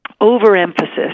overemphasis